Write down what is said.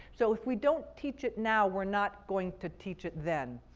so if we don't teach it now, we're not going to teach it then.